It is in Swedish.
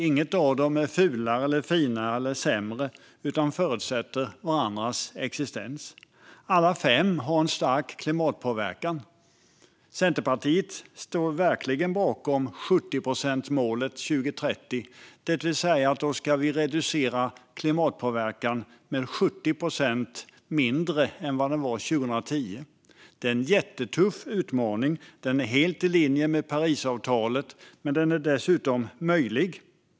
Inget av dem är fulare eller finare eller sämre, utan de förutsätter varandras existens. Alla fem har en stark klimatpåverkan. Centerpartiet står verkligen bakom 70-procentsmålet 2030, det vill säga att vi då ska ha reducerat klimatpåverkan med 70 procent i förhållande till vad den var 2010. Det är en jättetuff utmaning. Den är helt i linje med Parisavtalet, men den är dessutom möjlig.